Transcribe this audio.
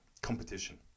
competition